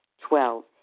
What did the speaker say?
Twelve